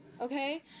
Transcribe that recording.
okay